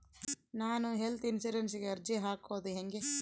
ನಾನು ಹೆಲ್ತ್ ಇನ್ಸುರೆನ್ಸಿಗೆ ಅರ್ಜಿ ಹಾಕದು ಹೆಂಗ?